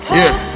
yes